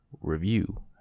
review